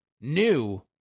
new